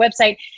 website